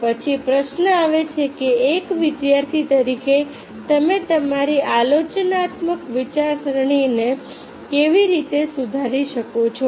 પછી પ્રશ્ન આવે છે કે એક વિદ્યાર્થી તરીકે તમે તમારી આલોચનાત્મક વિચારસરણીને કેવી રીતે સુધારી શકો છો